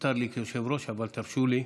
מותר לי כיושב-ראש, אבל תרשו לי,